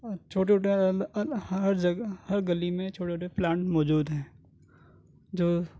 چھوٹے چھوٹے ہر جگہ ہر گلی میں چھوٹے چھوٹے پلانٹ موجود ہیں جو